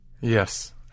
Yes